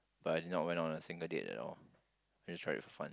but I did not went on a single date at all just try it for fun